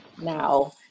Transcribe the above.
now